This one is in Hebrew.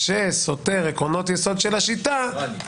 שסותר עקרונות יסוד של השיטה -- לא אני,